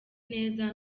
neza